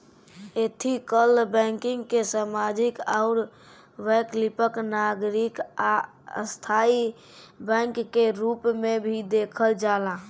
ethical banking के सामाजिक आउर वैकल्पिक नागरिक आ स्थाई बैंक के रूप में भी देखल जाला